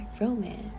romance